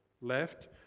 left